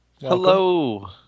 Hello